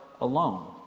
alone